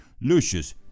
Lucius